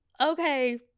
okay